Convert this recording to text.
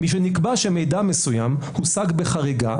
משנקבע שמידע מסוים הושג בחריגה,